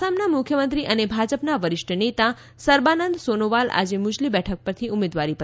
આસામના મુખ્યમંત્રી અને ભાજપના વરિષ્ઠ નેતા સર્બાનંદ સોનોવાલ આજે મુજલી બેઠક પરથી ઉમેદવારીપત્ર ભરશે